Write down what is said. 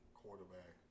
quarterback